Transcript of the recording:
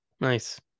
nice